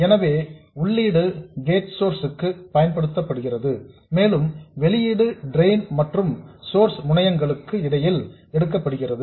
எனவே உள்ளீடு gate source க்கு பயன்படுத்தப்படுகிறது மேலும் வெளியீடு ட்ரெயின் மற்றும் சோர்ஸ் முனையங்களுக்கு இடையில் எடுக்கப்படுகிறது